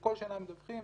כל שנה מדווחים,